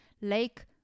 Lake